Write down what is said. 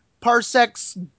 parsecs